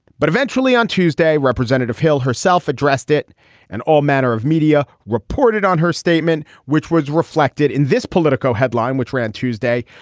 but eventually on tuesday representative hale herself addressed it and all manner of media reported on her statement which was reflected in this politico headline which ran tuesday.